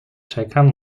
czekam